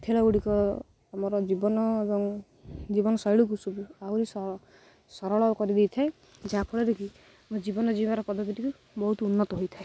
ଖେଳ ଗୁଡ଼ିକ ଆମର ଜୀବନ ଏବଂ ଜୀବନ ଶୈଳୀକୁ ସବୁ ଆହୁରି ସରଳ କରିଦେଇଥାଏ ଯାହାଫଳରେ କିି ମୋ ଜୀବନ ଜିଇଁବାର ପଦ୍ଧତିଟିକୁ ବହୁତ ଉନ୍ନତ ହୋଇଥାଏ